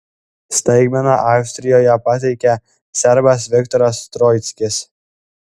staigmeną austrijoje pateikė serbas viktoras troickis